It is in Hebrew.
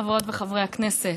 חברות וחברי הכנסת,